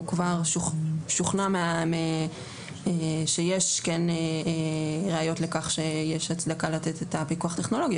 כבר שוכנע שיש כן ראיות לכך שיש הצדקה לתת את הפיקוח טכנולוגי,